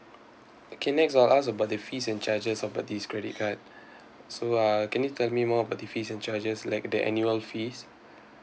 okay next I'll ask about the fees and charges about this credit card so uh can you tell me more about the fee and charges like the annual fees